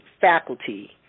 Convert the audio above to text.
faculty